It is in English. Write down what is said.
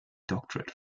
doctorate